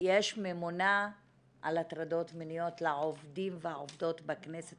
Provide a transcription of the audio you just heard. יש ממונה על הטרדות מיניות לעובדים והעובדות בכנסת